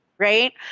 right